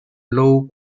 low